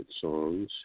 songs